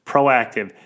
Proactive